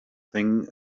thing